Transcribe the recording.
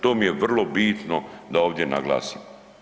To mi je vrlo bitno da ovdje naglasim.